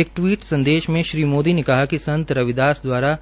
एक टिवीट संदेश में श्री मोदी ने कहा कि संत रविदास दवारा